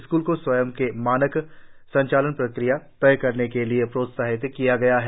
स्कूलों को स्वयं की मानक संचालन प्रक्रियाएं तय करने के लिए भी प्रोत्साहित किया गया है